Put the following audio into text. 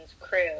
crew